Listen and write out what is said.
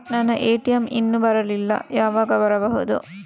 ನನ್ನ ಎ.ಟಿ.ಎಂ ಇನ್ನು ಬರಲಿಲ್ಲ, ಯಾವಾಗ ಬರಬಹುದು?